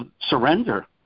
surrender